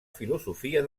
filosofia